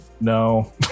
No